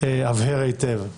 הבהר היטב.